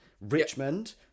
Richmond